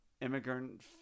Immigrant